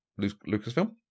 Lucasfilm